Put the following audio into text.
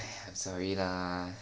I'm sorry lah